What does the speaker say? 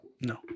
No